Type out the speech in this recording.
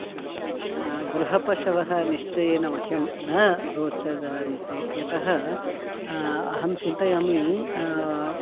गृहपशवः निश्चयेन मह्यं न रोचन्ते यतः अहं चिन्तयामि